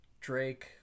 Drake